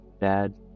bad